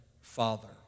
Father